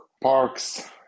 parks